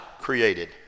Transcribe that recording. created